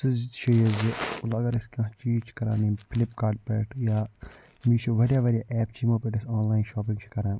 سُہ چھُ یہِ زِ اگر أسۍ کانٛہہ چیٖز چھِ کران ییٚمہِ فلپکارٹ پٮ۪ٹھ یا میٖشو واریاہ واریاہ ایپ چھِ یمو پٮ۪ٹھ أسۍ آنلاین شواپنٛگ چھِ کران